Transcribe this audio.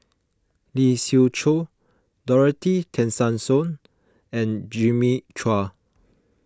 Lee Siew Choh Dorothy Tessensohn and Jimmy Chua